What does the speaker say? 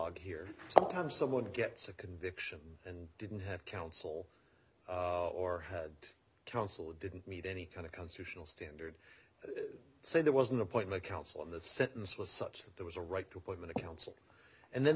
d here sometimes someone gets a conviction and didn't have counsel or had counsel didn't meet any kind of constitutional standard say there was an appointment counsel in that sentence was such that there was a right to put him in a counsel and then